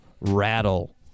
Rattle